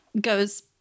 goes